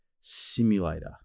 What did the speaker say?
simulator